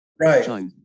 Right